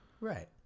right